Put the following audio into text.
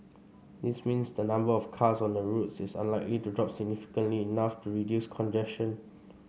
this means the number of cars on the roads is unlikely to drop significantly enough to reduce congestion